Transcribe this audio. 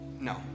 no